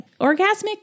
Orgasmic